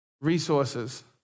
resources